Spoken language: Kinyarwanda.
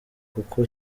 kuko